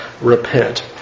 repent